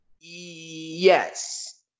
Yes